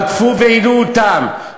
רדפו ועינו אותם,